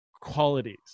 qualities